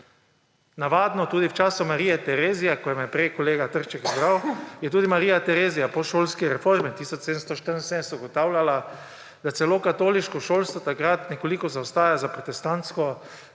Navadno, tudi v času Marije Terezije, ko me je prej kolega Trček izbral, je tudi Marija Terezija po šolski reformi 1774 ugotavljala, da celo katoliško šolstvo takrat nekoliko zaostaja za protestantskim